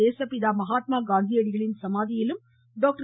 தேசப்பிதா மகாத்மா காந்தியடிகளின் சமாதியிலும் டாக்டர்